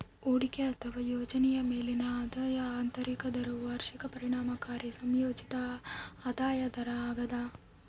ಹೂಡಿಕೆ ಅಥವಾ ಯೋಜನೆಯ ಮೇಲಿನ ಆದಾಯದ ಆಂತರಿಕ ದರವು ವಾರ್ಷಿಕ ಪರಿಣಾಮಕಾರಿ ಸಂಯೋಜಿತ ಆದಾಯ ದರ ಆಗ್ಯದ